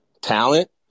talent